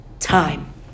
Time